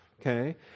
Okay